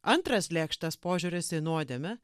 antras lėkštas požiūris į nuodėmę